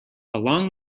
along